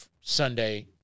Sunday